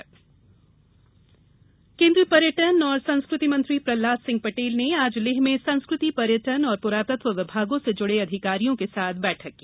प्रहलाद बैठक केन्द्रीय पर्यटन और संस्कृति मंत्री प्रहलाद सिंह पटेल ने आज लेह में संस्कृति पर्यटन और पुरातत्व विभागों से जुड़े अधिकारियों के साथ बैठक की